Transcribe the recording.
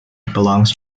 belongs